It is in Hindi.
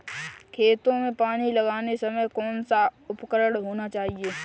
खेतों में पानी लगाते समय कौन सा उपकरण होना चाहिए?